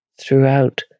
throughout